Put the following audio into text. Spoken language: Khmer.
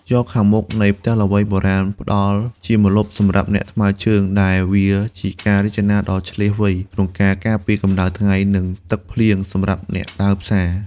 យ៉រខាងមុខនៃផ្ទះល្វែងបុរាណផ្តល់ជាម្លប់សម្រាប់អ្នកថ្មើរជើង ដែលវាជាការរចនាដ៏ឈ្លាសវៃក្នុងការការពារកម្ដៅថ្ងៃ និងទឹកភ្លៀងសម្រាប់អ្នកដើរផ្សារ។